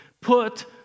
put